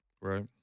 Right